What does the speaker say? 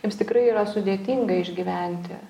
jiems tikrai yra sudėtinga išgyventi